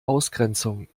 ausgrenzung